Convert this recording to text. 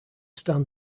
stand